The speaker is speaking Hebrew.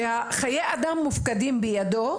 שחיי אדם מופקדים בידו,